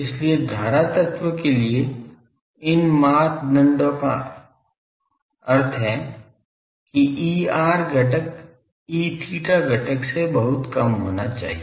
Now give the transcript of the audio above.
इसलिए धारा तत्व के लिए इन मानदंडों का अर्थ है कि Er घटक Eθ घटक से बहुत कम होना चाहिए